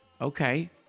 Okay